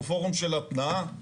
הוא פורום של התנעה.